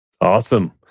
Awesome